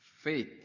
faith